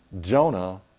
Jonah